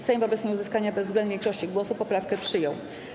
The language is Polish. Sejm wobec nieuzyskania bezwzględnej większości głosów poprawkę przyjął.